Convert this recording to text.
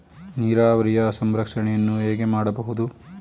ನೀರಾವರಿಯ ಸಂರಕ್ಷಣೆಯನ್ನು ಹೇಗೆ ಮಾಡಬಹುದು?